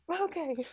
Okay